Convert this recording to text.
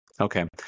Okay